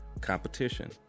competition